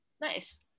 nice